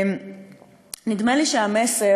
נדמה לי שהמסר,